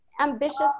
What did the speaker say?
ambitious